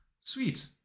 Sweet